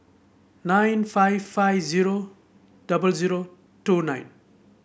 nine five five zero double zero two nine